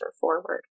forward